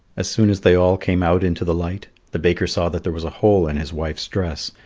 as soon as they all came out into the light, the baker saw that there was a hole in his wife's dress,